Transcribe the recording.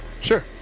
sure